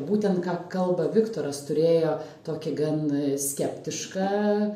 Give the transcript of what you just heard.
būtent ką kalba viktoras turėjo tokį gan skeptišką